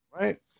Right